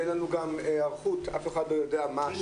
אני אומר